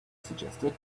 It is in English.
suggested